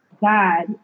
God